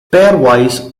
pairwise